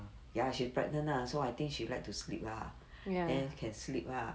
ya she's pregnant lah so I think she like to sleep lah then can sleep lah